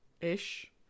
ish